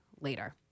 later